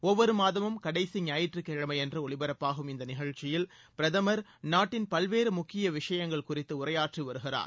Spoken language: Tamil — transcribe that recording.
ஒவ்வொரு மாதமும் கடைசி ஞாயிற்றுக்கிழமையன்று ஒலிபரப்பாகும் இந்த நிகழ்ச்சியில் பிரதமர் நாட்டின் பல்வேறு முக்கிய விஷயங்கள் குறித்து உரையாற்றி வருகிறார்